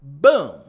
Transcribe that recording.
Boom